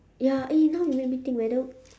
ya eh now you make me think whether